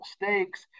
mistakes